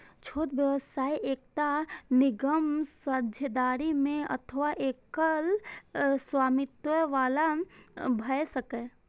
छोट व्यवसाय एकटा निगम, साझेदारी मे अथवा एकल स्वामित्व बला भए सकैए